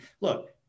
look